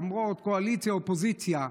למרות קואליציה אופוזיציה,